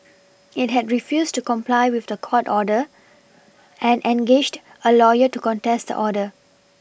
it had refused to comply with the court order and engaged a lawyer to contest the order